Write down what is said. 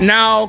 Now